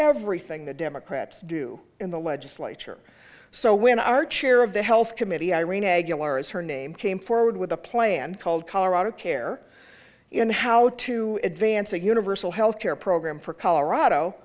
everything the democrats do in the legislature so when our chair of the health committee irene aguilar's her name came forward with a plan called colorado care in how to advance a universal healthcare program for colorado